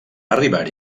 arribar